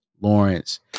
Lawrence